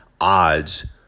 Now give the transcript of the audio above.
odds